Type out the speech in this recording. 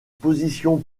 positions